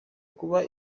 kuba